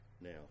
Now